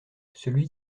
celui